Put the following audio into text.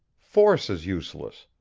force is useless!